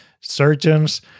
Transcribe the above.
surgeons